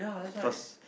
cause